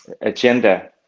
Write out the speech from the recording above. agenda